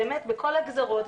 באמת בכל הגזרות,